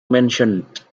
mentioned